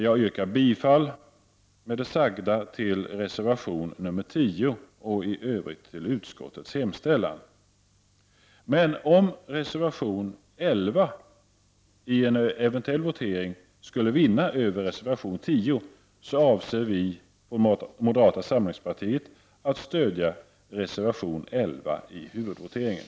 Med det anförda yrkar jag bifall till reservation nr 10 och i Övrigt till utskottets hemställan. Om reservation nr 11 i en eventuell votering skulle vinna över reservation nr 10, avser vi moderater att stödja reservation nr 11 i huvudvoteringen.